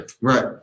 right